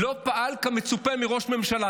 "לא פעל כמצופה מראש ממשלה".